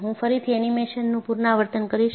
હું ફરીથી એનિમેશનનું પુનરાવર્તન કરીશ